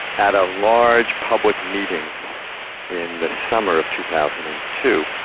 at a large public meeting in the summer of two thousand and two,